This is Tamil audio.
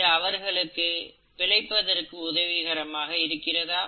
இது அவர்களுக்கு பிழைப்பதற்கு உதவிகரமாக இருக்கிறதா